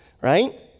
right